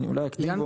יענקי,